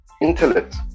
intellect